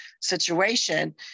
situation